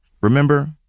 Remember